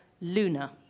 Luna